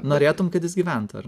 norėtum kad jis gyventų ar